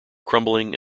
crumbling